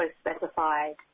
specified